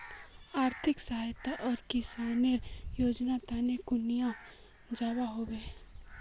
आर्थिक सहायता आर किसानेर योजना तने कुनियाँ जबा होबे?